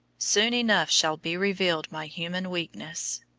soon enough shall be revealed my human weakness.